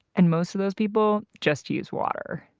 and most of those people just use water.